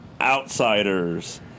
Outsiders